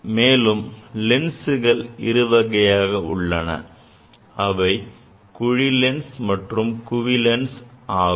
மேலும் லென்ஸ்கள் இரு வகையாக உள்ளன அவை குழி லென்ஸ் மற்றும் குவி லென்ஸ் ஆகும்